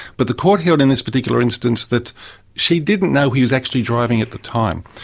but the court heard in this particular instance that she didn't know he was actually driving at the time.